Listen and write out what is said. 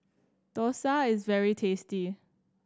Dosa is very tasty